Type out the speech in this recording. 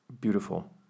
beautiful